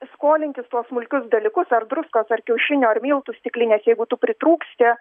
skolintis tuos smulkius dalykus ar druskos ar kiaušinio ar miltų stiklinės jeigu tu pritrūksti